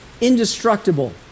indestructible